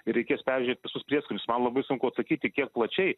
ir reikės peržiūrėt visus prieskonius man labai sunku atsakyti kiek plačiai